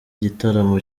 igitaramo